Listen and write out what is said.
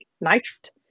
nitrate